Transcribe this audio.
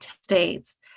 states